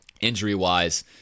Injury-wise